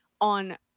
on